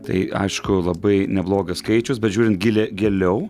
tai aišku labai neblogas skaičius bet žiūrint gilia giliau